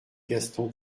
gaston